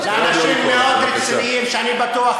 אבל את מפריעה